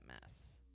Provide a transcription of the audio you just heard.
mess